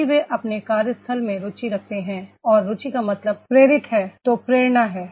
यदि वे अपने कार्यस्थल में रुचि रखते हैं और रुचि का मतलब प्रेरित है तो प्रेरणा है